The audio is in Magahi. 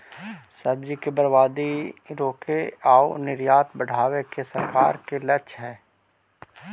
सब्जि के बर्बादी रोके आउ निर्यात बढ़ावे के सरकार के लक्ष्य हइ